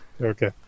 Okay